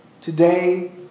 today